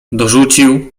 dorzucił